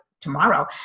tomorrow